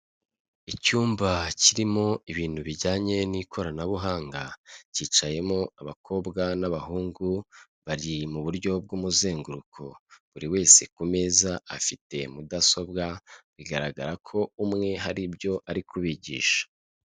Icyumba kirimo ibintu bijyanye n'ikoranabuhanga, cyicayemo abakobwa n'abahungu bari mu buryo bw'umuzenguruko, buri wese ku meza afite mudasobwa, bigaragara ko umwe hari ibyo ari kubigisha.